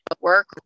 work